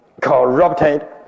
corrupted